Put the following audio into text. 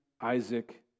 Isaac